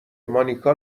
مانیکا